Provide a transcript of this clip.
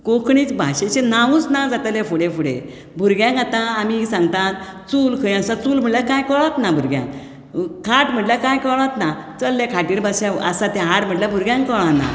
कोंकणी भाशेचें नांवूच ना जातलें फुडें फुडें भुरग्यांक आतां आमी सांगतात चूल खंय आसा चूल म्हटल्यार कांय कळच ना भुरग्यांक खाट म्हटल्यार कांय कळच ना चल रे खाटीर बसया आसा तें हाड म्हटल्यार भुरग्यांक कळना